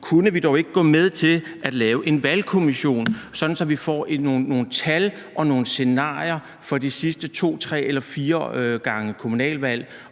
Kunne vi dog ikke gå med til at lave en valgkommission, sådan at vi får nogle tal og nogle scenarier for de sidste to, tre eller fire gange kommunalvalg,